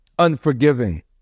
unforgiving